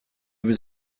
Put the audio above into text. was